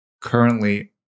currently